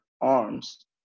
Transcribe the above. arms